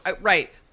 Right